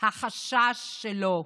החשש שלו,